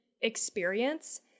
experience